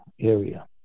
area